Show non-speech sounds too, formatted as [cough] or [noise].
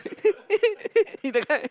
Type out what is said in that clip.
[laughs]